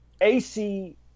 AC